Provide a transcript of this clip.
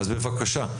אז בבקשה,